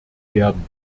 werden